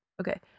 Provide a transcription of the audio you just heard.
okay